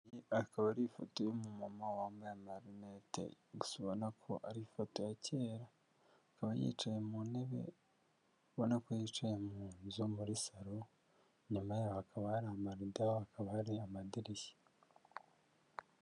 Akaba ari ifoto y'umumama wambaye amarinete, gusa ubona ko ari ifoto ya kera, akaba yicaye mu ntebe ubona ko yicaye mu nzu muri salo, inyuma yaho hakaba hari amarido, hakaba hari amadirishya.